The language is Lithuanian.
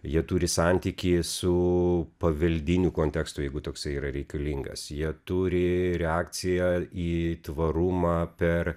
jie turi santykį su paveldiniu kontekstu jeigu toksai yra reikalingas jie turi reakciją į tvarumą per